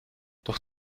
doch